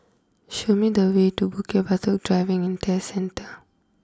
show me the way to Bukit Batok Driving and Test Centre